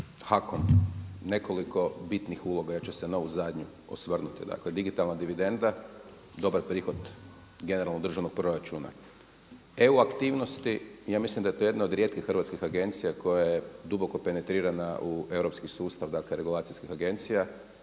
HAKOM nekoliko bitnih uloga, ja ću se na ovu zadnju osvrnuti, dakle digitalna dividenda, dobar prihod generalnog državnog proračuna. EU aktivnosti, ja mislim da je to jedna od rijetkih hrvatskih agencija koja je duboko penetrirana u europski sustav regulacijskih agencija.